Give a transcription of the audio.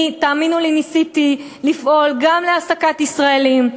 אני, תאמינו לי, ניסיתי לפעול גם להעסקת ישראלים,